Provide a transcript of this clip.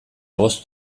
bost